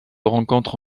rencontre